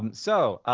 um so,